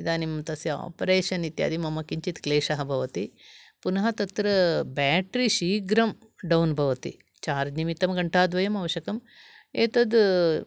इदानीं तस्य आप्रेशन् इत्यादि मम किञ्चिद् क्लेषः भवति पुनः तत्र बेटरी शीघ्रं डौन् भवति चार्ज् निमित्तं घण्टाद्वयम् आवश्यकम् एतद्